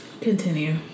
Continue